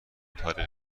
تاریخ